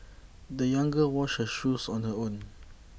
the young girl washed her shoes on her own